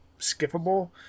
skippable